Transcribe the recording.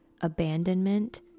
abandonment